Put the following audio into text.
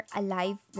alive